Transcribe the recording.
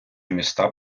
міста